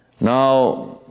now